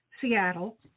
Seattle